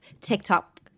TikTok